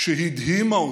שהדהימה אותי.